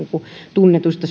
tunnetuista